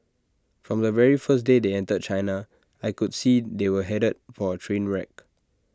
from the very first day they entered China I could see they were headed for A train wreck